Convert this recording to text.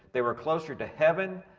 they were closer to heaven,